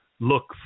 look